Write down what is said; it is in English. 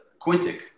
quintic